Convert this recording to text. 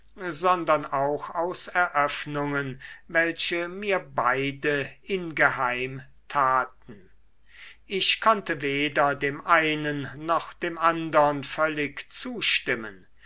sondern auch aus eröffnungen welche mir beide ingeheim taten ich konnte weder dem einen noch dem andern völlig zustimmen